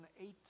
eight